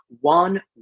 one